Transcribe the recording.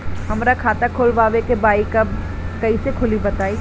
हमरा खाता खोलवावे के बा कइसे खुली बताईं?